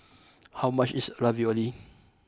how much is Ravioli